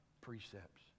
precepts